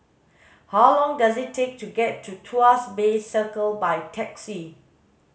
how long does it take to get to Tuas Bay Circle by taxi